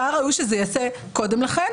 והיה ראוי שזה ייעשה קודם לכן.